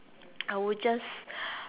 I would just